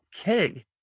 Okay